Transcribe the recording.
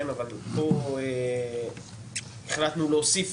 אבל פה החלטנו להוסיף